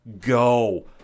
go